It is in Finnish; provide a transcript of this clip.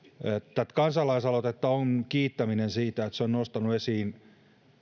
tätä kansalaisaloitetta on kiittäminen siitä että se on nostanut esiin